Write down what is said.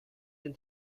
den